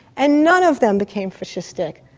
and none of them became fascistic.